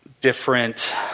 Different